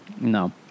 No